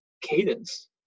cadence